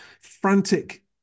frantic